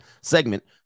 segment